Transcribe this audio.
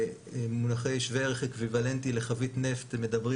במונחי שווה ערך אקוויוולנטי לחבית נפט מדברים